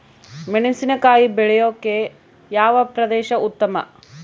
ಮೆಣಸಿನಕಾಯಿ ಬೆಳೆಯೊಕೆ ಯಾವ ಪ್ರದೇಶ ಉತ್ತಮ?